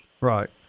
right